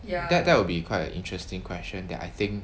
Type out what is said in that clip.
that that will be quite a interesting question that I think